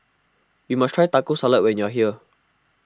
you must try Taco Salad when you are here